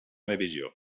divisió